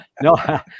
No